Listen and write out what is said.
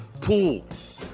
pools